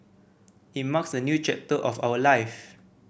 it marks a new chapter of our life